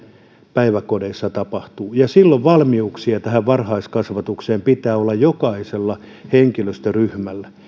päiväkodeissa tapahtuu ja silloin valmiuksia tähän varhaiskasvatukseen pitää olla jokaisella henkilöstöryhmällä